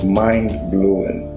mind-blowing